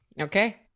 Okay